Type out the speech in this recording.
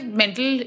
mental